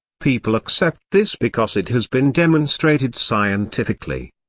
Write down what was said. people accept this because it has been demonstrated scientifically.